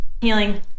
Healing